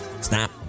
snap